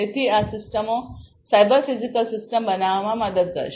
તેથી આ સિસ્ટમો સાયબર ફિઝિકલ સિસ્ટમ બનાવવામાં મદદ કરશે